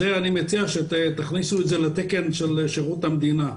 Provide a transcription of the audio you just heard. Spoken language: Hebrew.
אני מציע שתכניסו את זה לתקן של שירות המדינה.